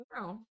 no